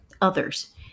others